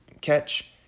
catch